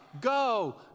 Go